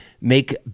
make